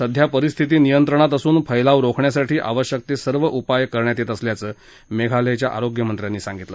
सध्या परिस्थिती नियंत्रणात असून फैलाव रोखण्यासाठी आवश्यक ते सर्व उपाय करण्यात येत असल्याचं मेघालयच्या आरोग्यमंत्र्यांनी सांगितलं